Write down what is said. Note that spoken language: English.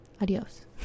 adios